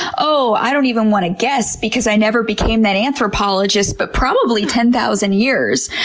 oh, i don't even want to guess because i never became that anthropologist, but probably ten thousand years.